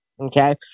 Okay